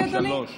לא, לא.